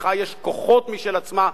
למחאה יש כוחות משל עצמה.